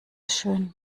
schön